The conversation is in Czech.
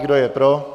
Kdo je pro?